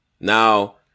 Now